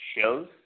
shows